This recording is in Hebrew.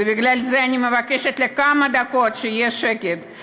ובגלל זה אני מבקשת שיהיה שקט לכמה דקות.